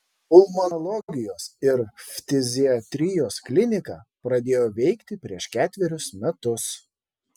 pulmonologijos ir ftiziatrijos klinika pradėjo veikti prieš ketverius metus